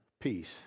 peace